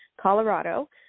Colorado